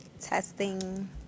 Testing